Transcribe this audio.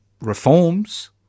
reforms